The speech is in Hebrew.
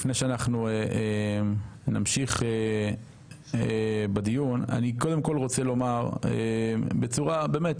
לפני שאנחנו נמשיך בדיון אני קודם כל רוצה לומר בצורה באמת